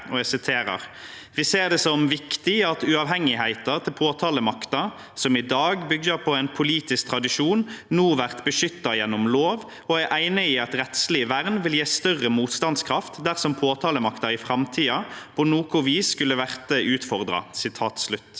fra Høyre: «Vi ser det som viktig at uavhengigheita til påtalemakta, som i dag byggjer på ein politisk tradisjon, no vert beskytta gjennom lov, og er einige i at eit rettsleg vern vil gje større motstandskraft dersom påtalemakta i framtida på noko vis skulle verte utfordra.»